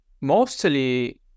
mostly